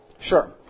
Sure